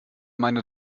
meine